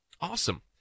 Awesome